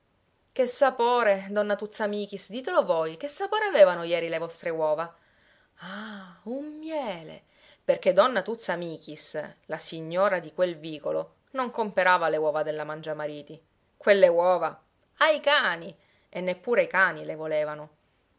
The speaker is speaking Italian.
che sapore donna tuzza michis ditelo voi che sapore avevano jeri le vostre uova ah un miele perché donna tuzza michis la signora di quel vicolo non comperava le uova della mangiamariti quelle uova ai cani e neppure i cani le volevano